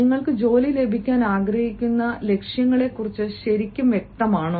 നിങ്ങൾക്ക് ജോലി ലഭിക്കാൻ ആഗ്രഹിക്കുന്ന ലക്ഷ്യങ്ങളെക്കുറിച്ച് ശരിക്കും വ്യക്തമാണോ